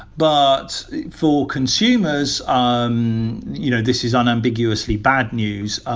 but for consumers, um you know, this is unambiguously bad news.